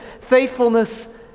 faithfulness